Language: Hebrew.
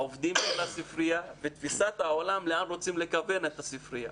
העובדים של הספרייה ותפיסת העולם לאן רוצים לכוון את הספרייה.